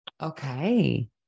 Okay